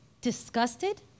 disgusted